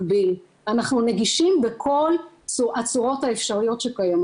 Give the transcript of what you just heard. היא אומרת שהיא ניסתה אין ספור פעמים להשיג